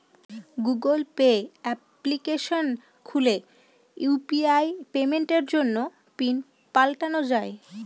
Google Pay application খুলে UPI পেমেন্টের জন্য পিন পাল্টানো যাই